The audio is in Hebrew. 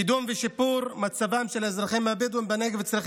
קידום ושיפור מצבם של האזרחים הבדואים בנגב צריכים